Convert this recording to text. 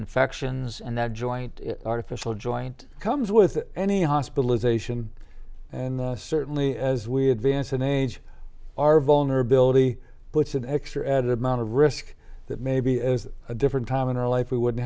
infections and that joint artificial joint comes with any hospitalization and certainly as we advance in age our vulnerability puts an extra added amount of risk that maybe as a different time in our life we would